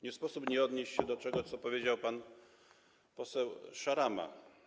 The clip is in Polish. Nie sposób nie odnieść się do tego, co powiedział pan poseł Szarama.